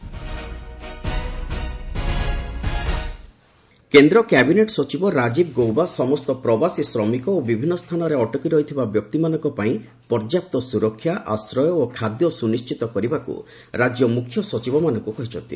centre migrant ଲେବରର କେନ୍ଦ୍ର cabinet ସଚିବ ରାଜିବ ଗୌବା ସମସ୍ତ ପ୍ରବାସୀ ଶ୍ରମିକ ଓ ବିଭିନ୍ନ ସ୍ଥାନରେ ଅଟକି ରହିଥିବା ବ୍ୟକ୍ତିମାନଙ୍କ ପାଇଁ ପର୍ଯ୍ୟାପ୍ତ ସୁରକ୍ଷା ଆଶ୍ରୟ ଓ ଖାଦ୍ୟ ସୁନିଶ୍ଚିତ କରିବାକୁ ରାକ୍ୟ ମୁଖ୍ୟ ସଚିବମାନଙ୍କୁ କହିଛନ୍ତି